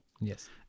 Yes